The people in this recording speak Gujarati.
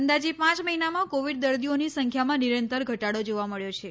અંદાજે પાંચ મહિનામાં કોવિડ દર્દીઓની સંખ્યામાં નિરંતર ઘટાડો જોવા મળ્યો છે